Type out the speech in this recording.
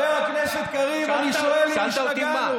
חבר הכנסת קריב, אני שואל אם השתגענו.